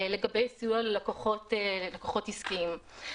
לגבי סיוע ללקוחות עסקיים.